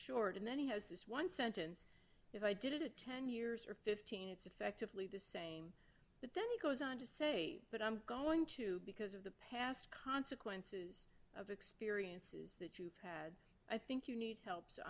short and then he has this one sentence if i did it ten years or fifteen it's effectively the same but then he goes on to say that i'm going to because of the past consequences of the experiences that you've had i think you need help so